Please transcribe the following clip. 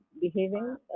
behaving